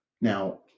Now